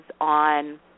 on